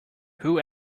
who